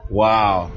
wow